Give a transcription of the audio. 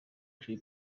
jay